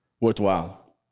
worthwhile